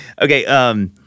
Okay